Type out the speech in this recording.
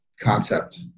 concept